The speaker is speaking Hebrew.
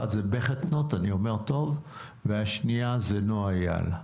אחד זה בקרקנוט, והשנייה זה נועה אייל.